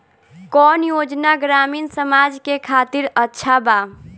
कौन योजना ग्रामीण समाज के खातिर अच्छा बा?